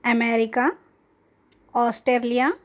America Australia